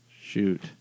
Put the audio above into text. shoot